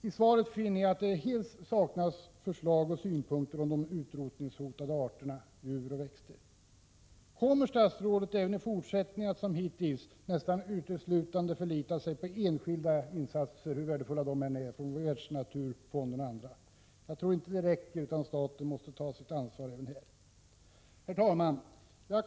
I svaret finner jag att det helt saknas förslag och synpunkter vad gäller de utrotningshotade djuroch växtarterna. Kommer statsrådet även i fortsättningen, som hittills, att nästan uteslutande förlita sig på enskilda insatser, hur värdefulla de än är, från Världsnaturfonden och andra? Jag tror inte det räcker, utan staten måste ta sitt ansvar även här. Herr talman!